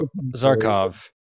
Zarkov